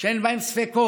שאין בהם ספקות,